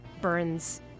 Burns